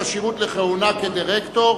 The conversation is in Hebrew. כשירות לכהונה כדירקטור).